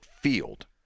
field